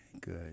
Good